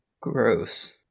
Gross